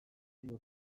ziur